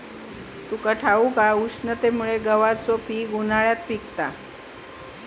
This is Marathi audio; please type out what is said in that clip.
तुका ठाऊक हा, उष्णतेमुळे गव्हाचा पीक उन्हाळ्यात पिकता